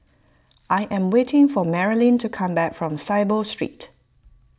I am waiting for Marilyn to come back from Saiboo Street